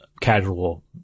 casual